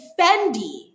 Fendi